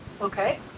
Okay